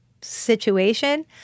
situation